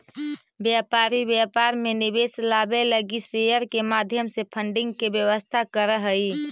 व्यापारी व्यापार में निवेश लावे लगी शेयर के माध्यम से फंडिंग के व्यवस्था करऽ हई